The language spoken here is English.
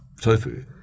tofu